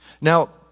Now